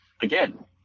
again